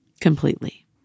Completely